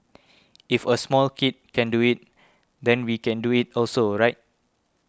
if a small kid can do it then we can do it also right